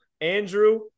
Andrew